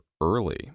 early